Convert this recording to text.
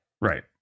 right